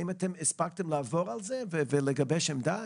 האם אתם הספקתם לעבור על זה ולגבש עמדה,